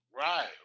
Right